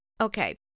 Okay